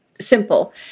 simple